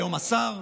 היום השר,